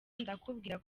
ndakubwira